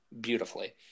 beautifully